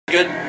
Good